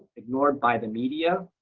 ignored by the media.